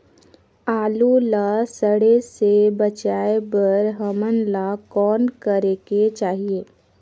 आलू ला सड़े से बचाये बर हमन ला कौन करेके चाही?